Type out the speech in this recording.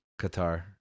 Qatar